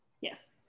Yes